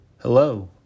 Hello